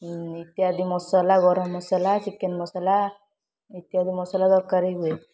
ଇତ୍ୟାଦି ମସଲା ଗରମମସଲା ଚିକେନ୍ ମସଲା ଇତ୍ୟାଦି ମସଲା ଦରକାର ହୁଏ